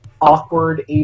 awkward